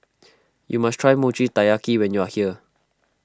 you must try Mochi Taiyaki when you are here